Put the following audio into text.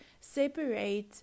separate